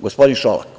gospodin Šolak.